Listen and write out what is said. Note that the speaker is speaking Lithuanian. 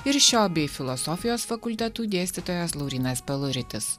ir šio bei filosofijos fakultetų dėstytojas laurynas peluritis